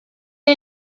est